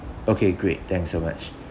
okay great thanks so much